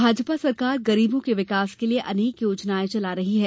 भाजपा सरकार गरीबों के विकास के लिये अनेक योजनायें चला रही है